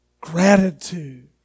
gratitude